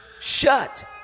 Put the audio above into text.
shut